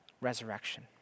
resurrection